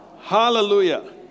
Hallelujah